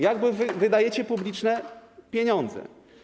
Jak wydajecie publiczne pieniądze?